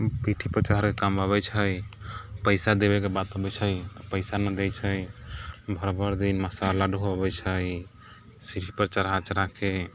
पीठी पर चढ़के कमबबैत छै पैसा देबेके बात अबैत छै तऽ पैसा नहि दै छै भरि भरि दिन मसाला ढोअबैत छै सीढ़ी पर चढ़ा चढ़ाके